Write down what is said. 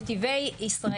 נתיבי ישראל.